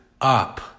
up